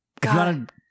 God